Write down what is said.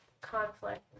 conflict